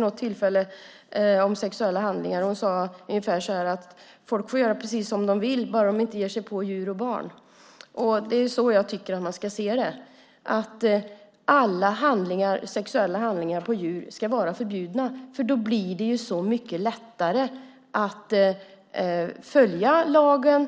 något tillfälle sade om sexuella handlingar. Hon sade ungefär så här: Folk får göra precis som de vill bara de inte ger sig på djur och barn. Det är så jag tycker att man ska se det. Alla sexuella handlingar på djur ska vara förbjudna, för då blir det så mycket lättare att följa lagen.